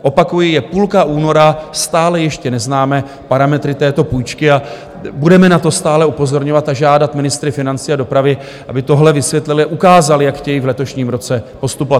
Opakuji, je půlka února, stále ještě neznáme parametry této půjčky, a budeme na to stále upozorňovat a žádat ministry financí a dopravy, aby tohle vysvětlili, ukázali, jak chtějí v letošním roce postupovat.